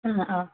ഉം ആ